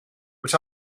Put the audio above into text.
but